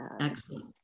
Excellent